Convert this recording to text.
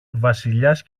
βασιλιάς